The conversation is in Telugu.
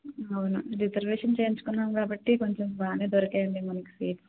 అవును రిజర్వేషన్ చేయించుకున్నాం కాబట్టి కొంచం బాగానే దొరికాయి అండి మనకి సీట్స్